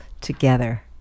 together